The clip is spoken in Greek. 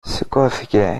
σηκώθηκε